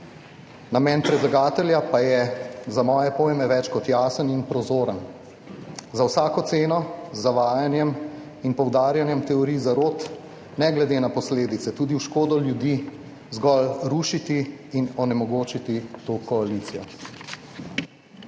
Namen predlagatelja pa je, za moje pojme, več kot jasen in prozoren, za vsako ceno z zavajanjem in poudarjanjem teorij zarot, ne glede na posledice, tudi v škodo ljudi, zgolj rušiti in onemogočiti to koalicijo.